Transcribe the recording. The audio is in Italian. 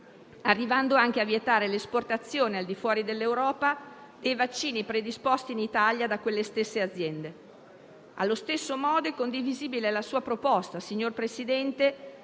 arrivando anche a vietare l'esportazione al di fuori dell'Europa dei vaccini predisposti in Italia da quelle stesse aziende. Allo stesso modo, è condivisibile la sua proposta, signor Presidente,